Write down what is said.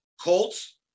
colts